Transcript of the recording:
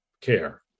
care